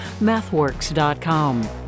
MathWorks.com